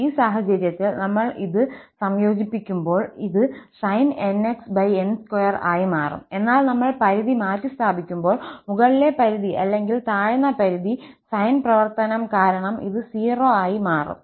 ഈ സാഹചര്യത്തിൽ നമ്മൾ ഇത് സംയോജിപ്പിക്കുമ്പോൾ ഇത് sin𝑛𝑥n2 ആയി മാറും എന്നാൽ നമ്മൾ പരിധി മാറ്റിസ്ഥാപിക്കുമ്പോൾമുകളിലെ പരിധി അല്ലെങ്കിൽ താഴ്ന്ന പരിധി സൈൻ പ്രവർത്തനം കാരണം ഇത് 0 ആയി മാറും